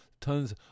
tons